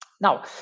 now